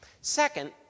Second